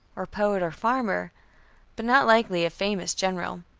or poet, or farmer but not likely a famous general.